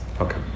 Okay